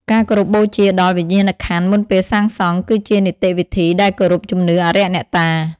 ការគោរពបូជាដល់ វិញ្ញាណក្ខន្ធមុនពេលសាងសង់ គឺជានីតិវិធីដែលគោរពជំនឿអារក្សអ្នកតា។